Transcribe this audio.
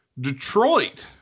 Detroit